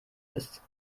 ist